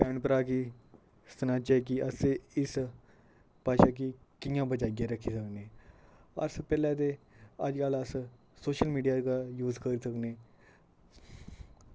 भैन भ्राऽ गी सनाचै की असे इस भाशा गी कि'यां बचाइयै रक्खी सकने अस पैह्ले ते अजकल्ल अस सोशल मीडिया दा यूज कर सकने